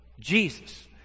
Jesus